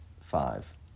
five